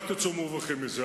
רק תצאו מורווחים מזה,